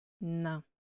No